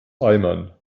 eimern